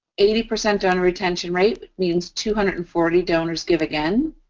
eighty percent donor retention rate means two hundred and forty donors give again.